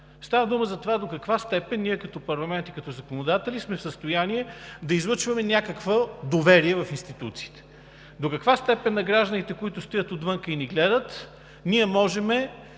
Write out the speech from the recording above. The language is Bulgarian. Става дума за това до каква степен ние като парламент и законодатели сме в състояние да излъчваме някакво доверие в институциите, до каква степен на гражданите, които стоят отвън и ни гледат, ние може